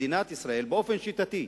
מדינת ישראל, באופן שיטתי,